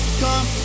come